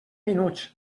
minuts